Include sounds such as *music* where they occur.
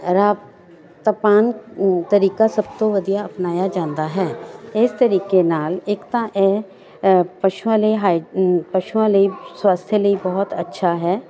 *unintelligible* ਤਰੀਕਾ ਸਭ ਤੋਂ ਵਧੀਆ ਅਪਣਾਇਆ ਜਾਂਦਾ ਹੈ ਇਸ ਤਰੀਕੇ ਨਾਲ ਇੱਕ ਤਾਂ ਇਹ ਪਸ਼ੂਆਂ ਲਈ ਹਾ ਪਸ਼ੂਆਂ ਲਈ ਸਵੱਸਥੇ ਲਈ ਬਹੁਤ ਅੱਛਾ ਹੈ